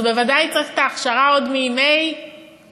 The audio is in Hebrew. אז הוא בוודאי צריך את ההכשרה עוד מימי בית-הספר.